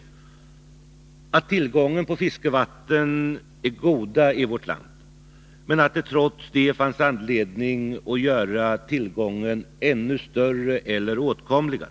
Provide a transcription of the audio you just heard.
Jag konstaterade i propositionen att tillgången på fiskevatten är god i vårt land men att det fanns anledning att göra den ännu större eller att göra fiskevattnen mer åtkomliga.